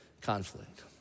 conflict